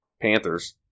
Panthers